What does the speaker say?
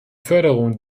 förderung